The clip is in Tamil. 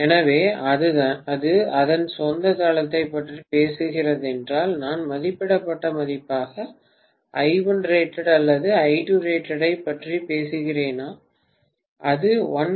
எனவே அது அதன் சொந்த தளத்தைப் பற்றி பேசுகிறதென்றால் நான் மதிப்பிடப்பட்ட மதிப்பாக I1rated அல்லது I2rated ஐப் பற்றி பேசுகிறேனா அது 1 p